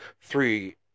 three